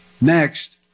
Next